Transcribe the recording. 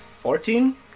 Fourteen